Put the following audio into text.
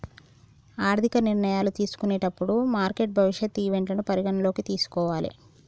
ఆర్థిక నిర్ణయాలు తీసుకునేటప్పుడు మార్కెట్ భవిష్యత్ ఈవెంట్లను పరిగణనలోకి తీసుకోవాలే